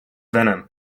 venom